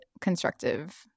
constructive